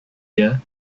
year